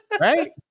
Right